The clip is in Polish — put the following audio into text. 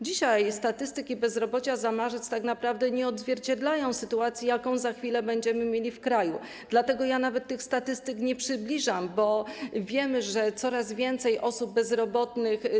Dzisiaj statystyki dotyczące bezrobocia za marzec tak naprawdę nie odzwierciedlają sytuacji, jaką za chwilę będziemy mieli w kraju, dlatego nawet tych statystyk nie przybliżam, bo wiemy, że rejestrowanych jest coraz więcej osób bezrobotnych.